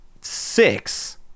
six